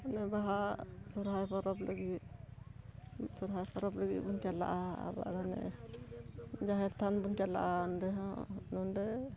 ᱚᱱᱮ ᱵᱟᱦᱟ ᱥᱚᱨᱦᱟᱭ ᱯᱚᱨᱚᱵᱽ ᱞᱟᱹᱜᱤᱫ ᱥᱚᱨᱦᱟᱭ ᱯᱚᱨᱚᱵᱽ ᱞᱟᱹᱜᱤᱫ ᱵᱚᱱ ᱪᱟᱞᱟᱜᱼᱟ ᱟᱵᱟᱨ ᱚᱱᱮ ᱡᱟᱦᱮᱨ ᱛᱷᱟᱱ ᱵᱚᱱ ᱪᱟᱞᱟᱜᱼᱟ ᱚᱸᱰᱮ ᱦᱚᱸ ᱚᱸᱰᱮ